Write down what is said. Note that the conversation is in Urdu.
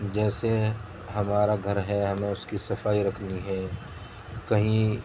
جیسے ہمارا گھر ہے ہمیں اس کی صفائی رکھنی ہے کہیں